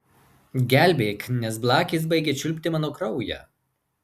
gelbėk nes blakės baigia čiulpti mano kraują